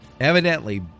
evidently